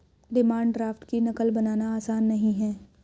demand draft की नक़ल बनाना आसान नहीं है